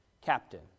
captain